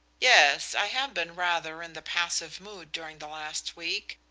yes, i have been rather in the passive mood during the last week.